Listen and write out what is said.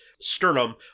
sternum